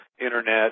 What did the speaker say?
internet